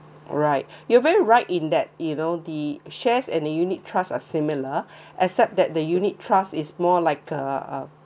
right you're very right in that you know the shares and the unit trust are similar except that the unit trust is more like uh uh